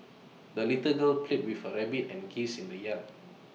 the little girl played with her rabbit and geese in the yard